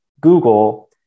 Google